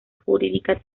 jurídica